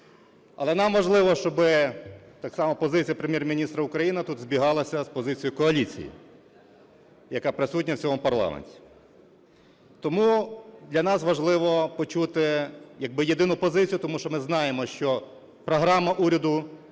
Але нам важливо, щоб так само позиція Прем'єр-міністра України тут збігалася з позицією коаліції, яка присутня в цьому парламенті. Тому для нас важливо почути як би єдину позицію, тому що ми знаємо, що програма уряду